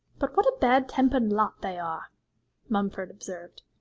but what a bad-tempered lot they are mumford observed.